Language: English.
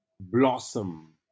Blossom